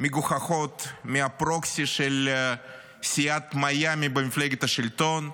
מגוחכות מהפרוקסי של סיעת מיאמי במפלגת השלטון.